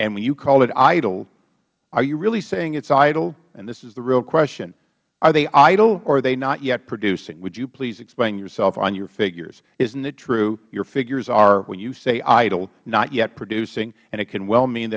and when you call it idle are you really saying its idle and this is the real question are they idle or are they not yet producing would you please explain yourself on your figures isn't it true your figures are what you say idle not yet producing and it can well mean